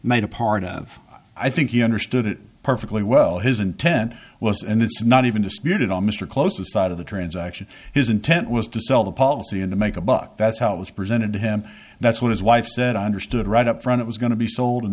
made a part of i think he understood it perfectly well his intent was and it's not even disputed on mr close to side of the transaction his intent was to sell the policy and to make a buck that's how it was presented to him that's what his wife said understood right up front it was going to be sold and